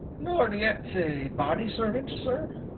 nor yet a body servant, sir?